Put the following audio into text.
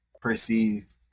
perceived